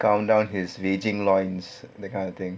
calm down his raging lions that kind of thing